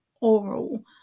oral